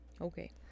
Okay